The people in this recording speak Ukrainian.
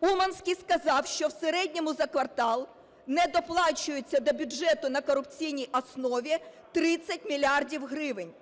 Уманський сказав, що в середньому за квартал не доплачується до бюджету на корупційній основні 30 мільярдів гривень.